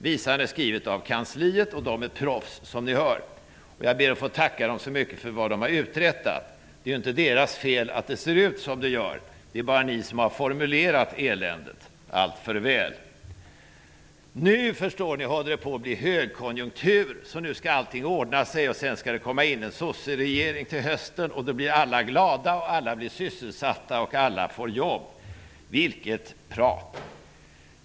Visan är skriven av dem på kansliet. De är proffs, som ni hör. Jag ber att få tacka dem så mycket för vad de har uträttat. Det är ju inte deras fel att det ser ut som det gör. De har bara formulerat eländet alltför väl. Nu, förstår ni, håller det på att bli högkonjunktur. Nu skall allting ordna sig. Det skall komma in en sosseregering till hösten. Då blir alla glada. Alla blir sysselsatta och får jobb. Vilket prat!